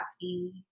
happy